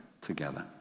together